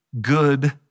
good